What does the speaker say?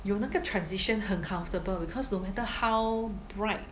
有那个 transition 很 comfortable because no matter how bright